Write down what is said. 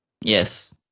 yes